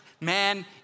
man